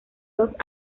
los